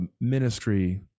ministry